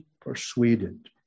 persuaded